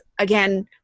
again